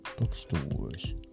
bookstores